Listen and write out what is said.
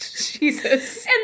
Jesus